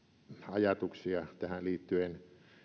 ajatuksia tähän liittyen